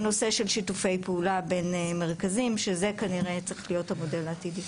הנושא של שיתופי פעולה בין מרכזים שזה כנראה צריך להיות המודל העתידי.